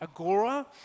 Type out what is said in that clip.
Agora